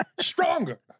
Stronger